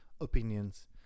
opinions